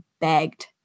begged